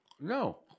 No